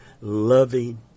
loving